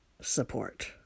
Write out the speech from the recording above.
support